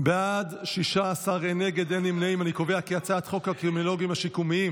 להעביר את הצעת חוק הקרימינולוגים השיקומיים,